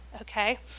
okay